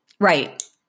Right